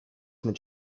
mit